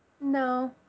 No